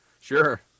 sure